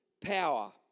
power